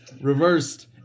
reversed